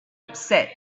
upset